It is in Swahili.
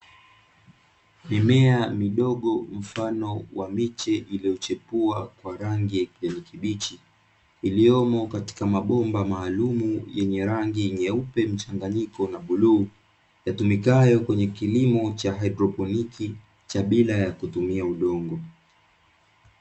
Mimea midogo mfano wa miche iliyo chepua kwa rangi ya kijani kibichi, iliyomo katika mabomba maalumu yenye rangi nyeupe mchanganyiko na bluu, yatumikayo kwenye kilimo cha haidrokloni cha bila ya kutumia udongo.